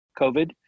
COVID